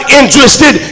interested